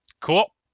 Cool